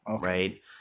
Right